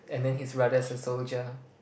and then his brother's a soldier